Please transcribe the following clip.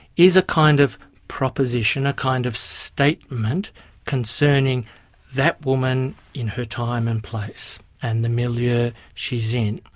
is a kind of proposition, a kind of statement concerning that woman in her time and place, and the milieu ah she's in.